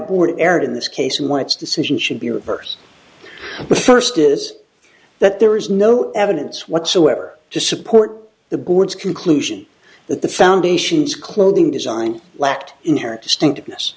border area in this case and why its decision should be reversed first is that there is no evidence whatsoever to support the board's conclusion that the foundation's clothing design lacked inherent distinctive